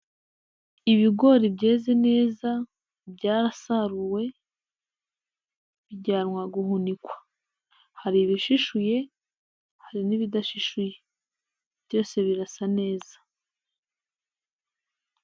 Ibigori byeze neza byarasaruwe bijyanwa guhunikwa, hari ibishishuye, hari n'ibidashishuye, byose birasa neza.